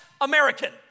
American